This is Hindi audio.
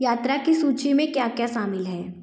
यात्रा की सूचि में क्या क्या शामिल है